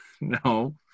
No